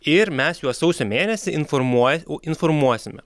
ir mes juos sausio mėnesį informuo o informuosime